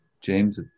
James